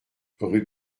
rue